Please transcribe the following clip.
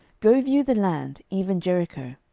go view the land, even jericho.